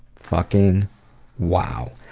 fucking wow.